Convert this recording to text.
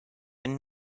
been